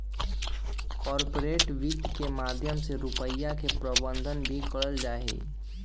corporate वित्त के माध्यम से रुपिया के प्रबन्धन भी कइल जाहई